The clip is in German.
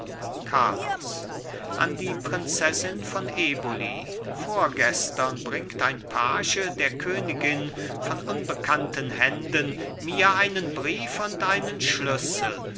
carlos an die prinzessin von eboli vorgestern bringt ein page der königin von unbekannten händen mir einen brief und einen schlüssel